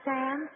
Sam